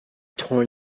torn